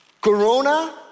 Corona